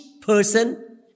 person